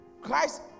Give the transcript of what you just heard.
Christ